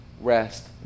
rest